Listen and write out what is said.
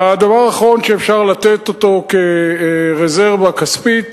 והדבר האחרון, שאפשר לתת אותו כרזרבה כספית: